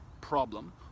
problem